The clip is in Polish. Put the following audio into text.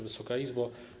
Wysoka Izbo!